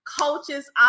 coaches